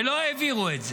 ולא העבירו את זה.